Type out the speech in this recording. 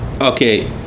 Okay